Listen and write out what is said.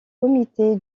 comité